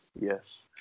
Yes